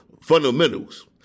fundamentals